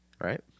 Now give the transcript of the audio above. Right